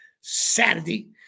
Saturday